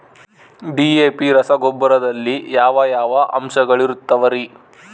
DAP ರಸಗೊಬ್ಬರದಲ್ಲಿ ಯಾವ ಯಾವ ಅಂಶಗಳಿರುತ್ತವರಿ?